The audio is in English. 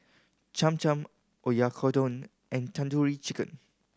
Cham Cham Oyakodon and Tandoori Chicken